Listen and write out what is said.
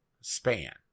span